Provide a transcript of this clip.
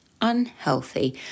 unhealthy